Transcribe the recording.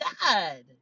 God